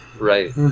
Right